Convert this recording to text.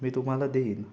मी तुम्हाला देईन